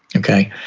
ok.